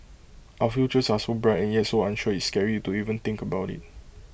our futures are so bright and yet so unsure it's scary to even think about IT